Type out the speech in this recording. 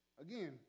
again